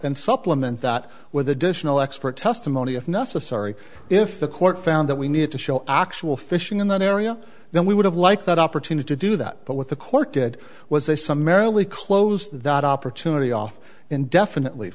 and supplement that with additional expert testimony if necessary if the court found that we needed to show actual fishing in that area then we would have liked that opportunity to do that but what the court did was they summarily closed that opportunity off indefinitely